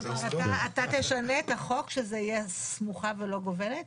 אתה תשנה את החוק שזה יהיה סמוכה ולא גובלת?